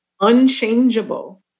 unchangeable